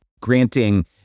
granting